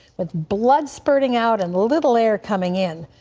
with blood spurting out and little air coming in,